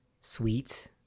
sweet